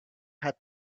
had